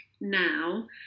now